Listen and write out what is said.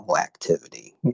activity